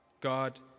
God